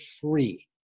free